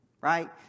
right